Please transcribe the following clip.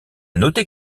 noter